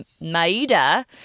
Maida